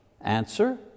Answer